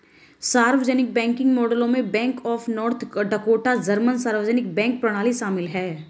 सार्वजनिक बैंकिंग मॉडलों में bank of North Dakota German सार्वजनिक बैंक प्रणाली शामिल है